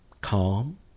calm